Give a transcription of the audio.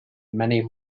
many